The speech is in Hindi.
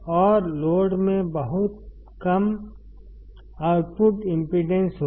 और लोड में बहुत कम आउटपुट इम्पीडेन्स होगी